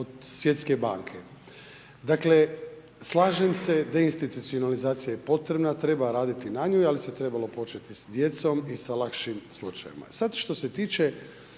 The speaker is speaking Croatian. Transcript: od Svjetske banke. Dakle, slažem se, deinstitucionalizacija je potrebna raditi na njoj, ali se trebalo početi sa djecom i sa lakšim slučajevima.